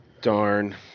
Darn